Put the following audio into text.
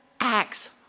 acts